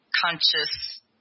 conscious